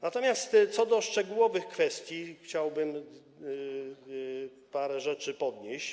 Natomiast co do szczegółowych kwestii, chciałbym parę rzeczy podnieść.